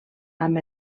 amb